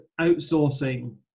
outsourcing